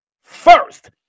first